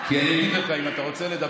אני אגיד לך בדיוק,